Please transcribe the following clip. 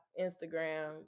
Instagram